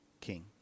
king